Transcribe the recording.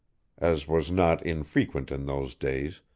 as was not infrequent in those days,